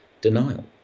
denial